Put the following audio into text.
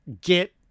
get